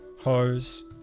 hose